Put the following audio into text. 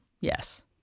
Yes